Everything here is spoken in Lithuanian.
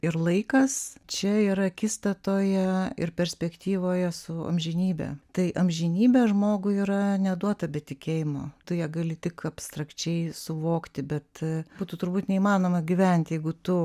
ir laikas čia ir akistatoje ir perspektyvoje su amžinybe tai amžinybė žmogui yra neduota be tikėjimo tu ją gali tik abstrakčiai suvokti bet būtų turbūt neįmanoma gyventi jeigu tu